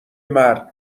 مرد